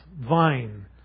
vine